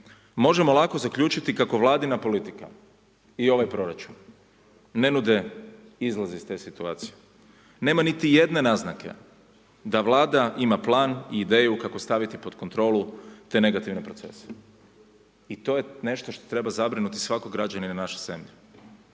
možemo lako zaključiti kao Vladina politika i ovaj proračun ne nude izlaz iz te situacije. Nema niti jedne naznake da Vlada ima plan i ideju kako staviti pod kontrolu te negativne procese i to je nešto što treba zabrinuti svakog građanina naše zemlje.